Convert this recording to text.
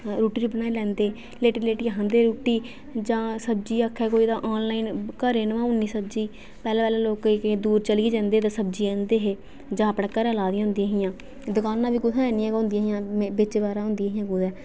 रुट्टी बी बनाई लैंदे लेटी लेटी ऐ खंदे रुट्टी जां सब्जी आक्खै कोई जा घरे गै मगवाई सब्जीओड़नी पैहलैं पैहलैं लोक फ्ही चलियै जंदे हे जां अपने घर लाई दी होंदी ही सब्जी दकानां बी कुत्थै इन्नियां गै होदियां ही बिच्च बारें होदियां ही कुतै